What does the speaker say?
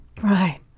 Right